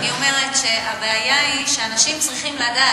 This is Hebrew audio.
אני אומרת שהבעיה היא שאנשים צריכים לדעת